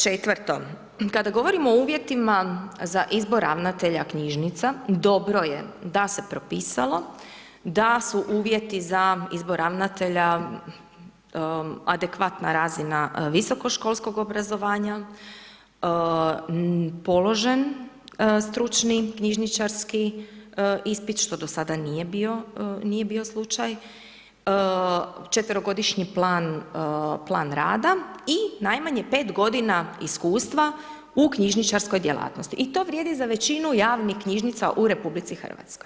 Četvrto, kada govorimo o uvjetima za izbor ravnatelja knjižnica dobro je da se propisalo da su uvjeti za izbor ravnatelja adekvatna razina visokoškolskog obrazovanja, položen stručni knjižničarski ispit, što do sada nije bio slučaj, četverogodišnji plan rada i najmanje 5 godina iskustva u knjižničarskoj djelatnosti i to vrijedi za većinu javnih knjižnica u RH.